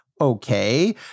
Okay